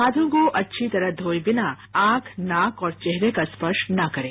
हाथों को अच्छी तरह धोए बिना आंख नाक और चेहरे का स्पर्श न करें